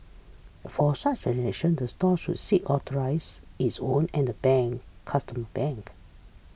for such the store should seek authorize its own and the bank customer bank